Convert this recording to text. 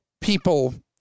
people